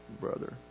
brother